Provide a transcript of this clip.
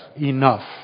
enough